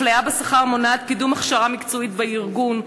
אפליה בשכר מונעת קידום הכשרה מקצועית בארגון.